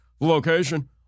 location